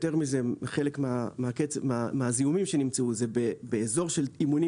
יותר מזה: חלק מהזיהומים שנמצאו זה באזור של אימונים,